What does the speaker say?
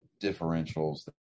differentials